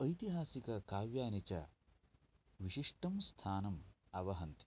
ऐतिहासिककाव्यानि च विशिष्टं स्थानम् आवहन्ति